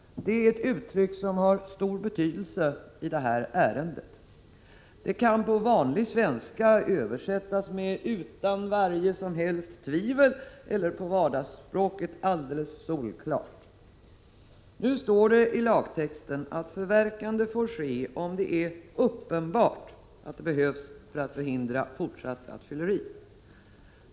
Det är ett uttryck som har stor betydelse i detta ärende. Det kan på vanlig svenska översättas med ”utan varje som helst tvivel” eller på vardagsspråk ”alldeles solklart”. Nu står det i lagtexten att förverkande får ske om det är uppenbart att det behövs för att förhindra fortsatt rattfylleri.